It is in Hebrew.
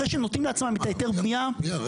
אחרי שהם נותנים לעצמם את ההיתר בניה --- רגע,